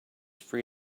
free